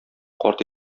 карт